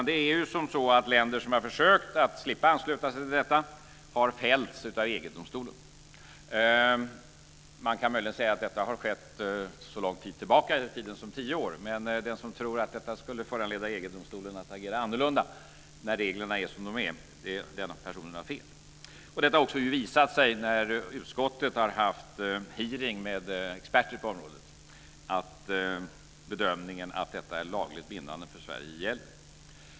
Det är som så att de länder som har försökt slippa att ansluta sig till detta har fällts av EG-domstolen. Man kan möjligen säga att detta har skett så långt tillbaka i tiden som tio år, men den som tror att detta skulle föranleda EG-domstolen att agera annorlunda när reglerna är som de är har fel. Det har också visat sig när utskottet har haft en hearing med experter på området att bedömningen att detta är lagligt bindande för Sverige gäller.